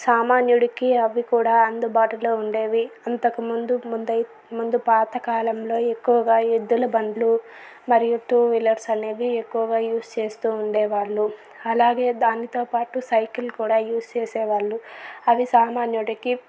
సామాన్యుడికి అవి కూడా అందుబాటులో ఉండేవి అంతకముందు ముందై ముందు పాతకాలంలో ఎక్కువగా ఎద్దుల బండ్లు మరియు టూ వీలర్స్ అనేవి ఎక్కువగా యూస్ చేస్తూ ఉండేవాళ్ళు అలాగే దానితోపాటు సైకిల్ కూడా యూస్ చేసేవాళ్ళు అవి సామాన్యుడికి